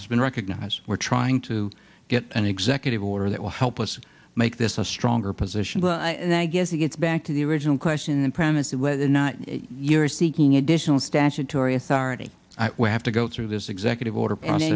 it's been recognized we're trying to get an executive order that will help us make this a stronger position but i guess it gets back to the original question the premise of whether or not you are seeking additional statutory authority we have to go through this executive order ban